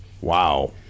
Wow